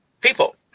people